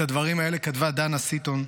את הדברים האלה כתבה דנה סיטון,